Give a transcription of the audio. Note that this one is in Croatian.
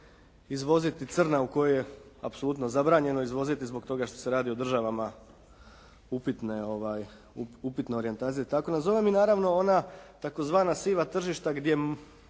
izvoziti, crna u kojima je apsolutno zabranjeno izvoziti zbog toga što se radi o državama upitne, upitne orijentacije … /Govornik se ne razumije./ … i naravno ona tzv. siva tržišta gdje